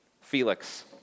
Felix